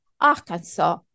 Arkansas